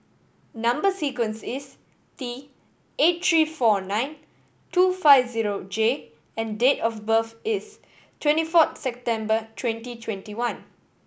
number sequence is T eight three four nine two five zero J and date of birth is twenty fourth September twenty twenty one